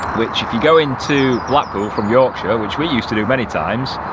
which if you going to blackpool from yorkshire which we used to do many times,